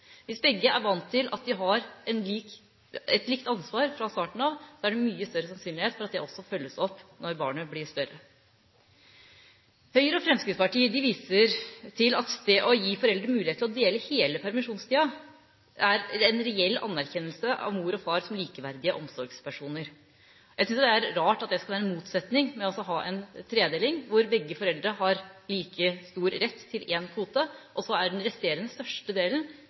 Hvis begge er vant til at de har et likt ansvar fra starten av, er det mye større sannsynlighet for at det også følges opp når barnet blir større. Høyre og Fremskrittspartiet viser til at det å gi foreldre mulighet til å dele hele permisjonstida er en reell anerkjennelse av mor og far som likeverdige omsorgspersoner. Jeg synes det er rart at det skal være en motsetning å ha en tredeling hvor begge foreldre har like stor rett til én kvote, og så er den resterende største delen